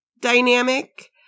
dynamic